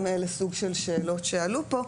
גם אלו סוג של שאלות שעלו פה,